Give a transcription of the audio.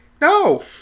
No